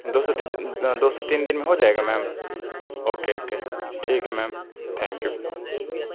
دو سے دو سے تین دِن میں ہو جائے گا میم اوکے اوکے ٹھیک ہے میم تھینک یو